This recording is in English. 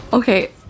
Okay